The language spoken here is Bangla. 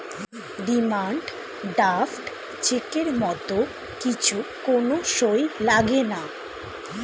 ডিমান্ড ড্রাফট চেকের মত কিছু কোন সই লাগেনা